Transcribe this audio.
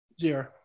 Zero